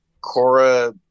Cora